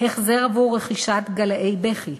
החזר עבור רכישת גלאי בכי,